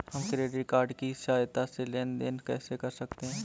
हम credit card की सहायता से लेन देन कैसे कर सकते हैं?